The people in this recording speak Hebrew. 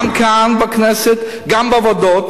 גם כאן בכנסת וגם בוועדות,